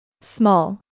Small